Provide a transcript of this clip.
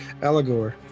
Allegor